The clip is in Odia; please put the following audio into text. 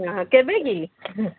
ହଁ କେବେ କି